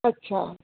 अच्छा